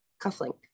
cufflink